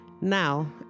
Now